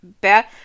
bad